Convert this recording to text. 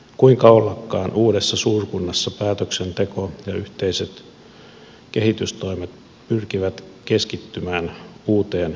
kuinka ollakaan uudessa suurkunnassa päätöksenteko ja yhteiset kehitystoimet pyrkivät keskittymään uuteen keskuskaupunkiin